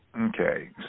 Okay